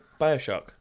Bioshock